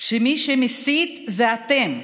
שמי שמסית זה אתם.